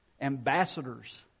Ambassadors